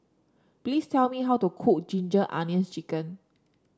please tell me how to cook Ginger Onions chicken